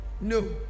no